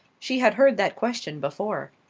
she had heard that question before.